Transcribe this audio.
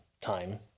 time